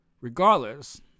Regardless